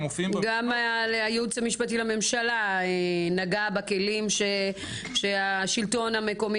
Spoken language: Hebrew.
הם מופיעים -- גם הייעוץ המשפטי לממשלה נגע בכלים שהשלטון המקומי